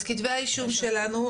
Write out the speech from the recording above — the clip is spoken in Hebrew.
אז כתבי האישום שלנו,